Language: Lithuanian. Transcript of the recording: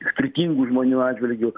skirtingų žmonių atžvilgiu